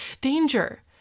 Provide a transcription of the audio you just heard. danger